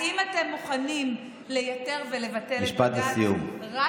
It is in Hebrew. האם אתם מוכנים לייתר ולבטל את בג"ץ רק